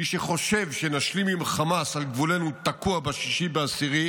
מי שחושב שנשלים עם חמאס על גבולנו תקוע ב-6 באוקטובר.